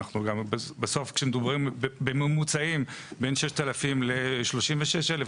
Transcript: בסוף כשמדובר בממוצעים בין 6,000 ל-36,000,